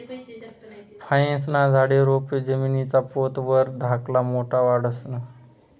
फयेस्ना झाडे, रोपे जमीनना पोत वर धाकला मोठा वाढतंस ना?